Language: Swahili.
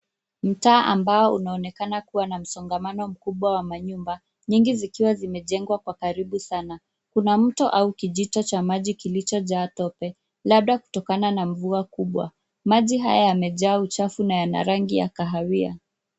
Mtaa ambao unaonekana kuwa na msongamano mkubwa wa manyumba, nyingi zikiwa zimejengwa kwa karibu sana. Kuna mto au kijito cha maji kilichojaa tope labda kutokana na mvua mkubwa. Maji haya yamejaa uchafu na yana rangi ya kahawia.